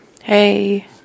hey